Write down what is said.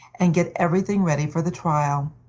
and get every thing ready for the trial.